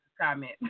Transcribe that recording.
comment